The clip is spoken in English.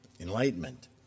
enlightenment